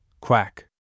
Quack